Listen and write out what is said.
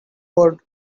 wood